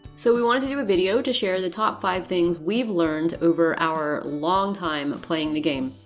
so we wanted to do a video to share the top five things we've learned over our long time playing the game.